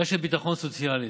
רשת ביטחון סוציאלית,